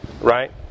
right